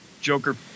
Joker